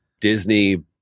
Disney